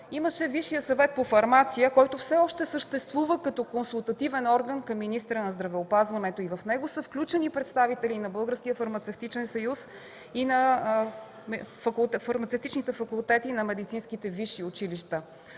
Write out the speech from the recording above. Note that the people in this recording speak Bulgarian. имаше Висшият съвет по фармация, който все още съществува като консултативен орган към министъра на здравеопазването. В него са включени представители на Българския фармацевтичен съюз и на фармацевтичните факултети на медицинските висши училища.